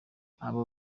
abo